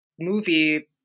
movie